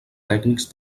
tècnics